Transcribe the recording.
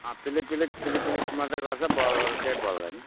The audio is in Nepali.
अ पिलिक पिलिक पिलिक पिलिक मात्रै गर्छ बल्बहरू केही बल्दैन